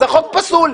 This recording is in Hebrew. אז החוק פסול.